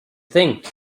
think